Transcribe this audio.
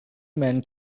men